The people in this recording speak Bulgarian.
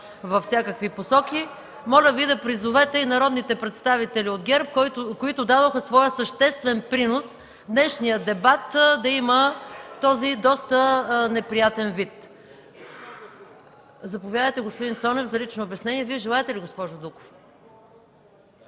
във всякакви посоки, моля Ви да призовете и народните представители от ГЕРБ, които дадоха своя съществен принос днешният дебат да има този доста неприятен вид. Заповядайте, господин Цонев, за лично обяснение. ЙОРДАН ЦОНЕВ (ДПС):